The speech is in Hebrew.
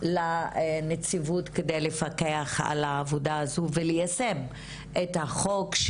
לנציבות כדי לפקח על העבודה הזו וליישם את החוק.